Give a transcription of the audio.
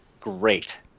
great